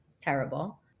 terrible